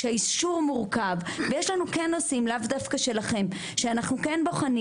כשהאישור מורכב ויש לנו כן נושאים לאו דווקא שלכם ואנחנו כן בוחנים